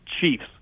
Chiefs